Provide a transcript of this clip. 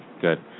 Good